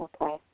Okay